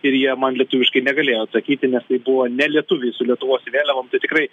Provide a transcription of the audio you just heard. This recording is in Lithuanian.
ir jie man lietuviškai negalėjo atsakyti nes tai buvo ne lietuviai su lietuvos vėliavom tai tikrai